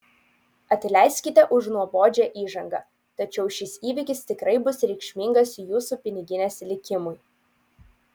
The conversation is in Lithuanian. atleiskite už nuobodžią įžangą tačiau šis įvykis tikrai bus reikšmingas jūsų piniginės likimui